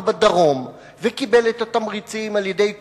בדרום וקיבל את התמריצים על-ידי כוננויות,